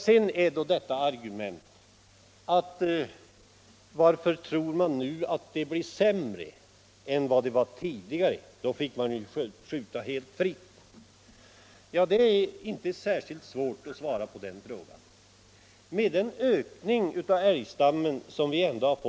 Sedan frågas här: Varför tror man att det blir sämre än det var tidigare, då man ju fick skjuta helt fritt? Det är inte särskilt svårt att svara på den frågan.